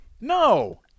No